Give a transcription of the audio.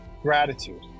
gratitude